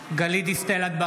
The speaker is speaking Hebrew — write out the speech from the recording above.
(קורא בשמות חברי הכנסת) גלית דיסטל אטבריאן,